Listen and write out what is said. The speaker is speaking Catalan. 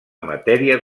matèria